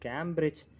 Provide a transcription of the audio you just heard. Cambridge